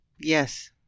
Yes